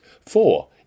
Four